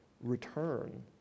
return